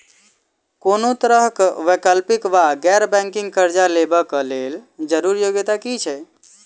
कोनो तरह कऽ वैकल्पिक वा गैर बैंकिंग कर्जा लेबऽ कऽ लेल जरूरी योग्यता की छई?